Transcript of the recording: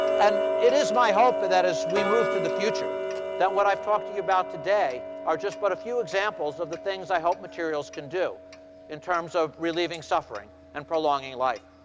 and it is my hope but that as we move to the future that what i've talked to you about today are just but a few examples of the things i hope materials can do in terms of relieving suffering and prolonging life.